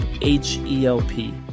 h-e-l-p